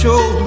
Show